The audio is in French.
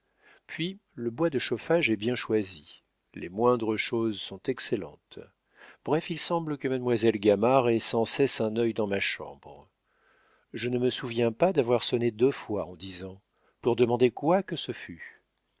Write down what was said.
puis le bois de chauffage est bien choisi les moindres choses sont excellentes bref il semble que mademoiselle gamard ait sans cesse un œil dans ma chambre je ne me souviens pas d'avoir sonné deux fois en dix ans pour demander quoi que ce fût